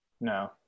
No